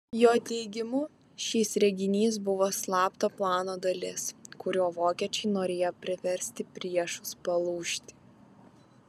jo teigimu šis reginys buvo slapto plano dalis kuriuo vokiečiai norėjo priversti priešus palūžti